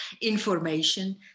information